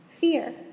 fear